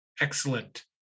Excellent